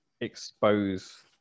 expose